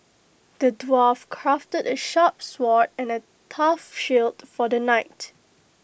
the dwarf crafted A sharp sword and A tough shield for the knight